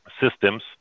systems